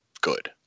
good